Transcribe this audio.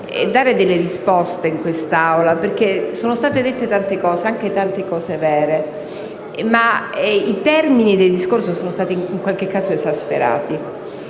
dare delle risposte perché in quest'Aula sono state dette tante cose, anche cose vere, ma i termini del discorso sono stati in qualche caso esasperati.